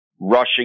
rushing